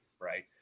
right